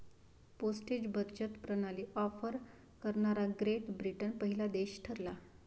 postage बचत प्रणाली offer करणारा ग्रेट ब्रिटन पहिला देश ठरला